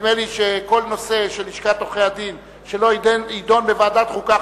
נדמה לי שכל נושא של לשכת עורכי-הדין שלא יידון בוועדת החוקה,